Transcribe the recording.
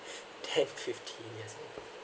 ten fifteen years old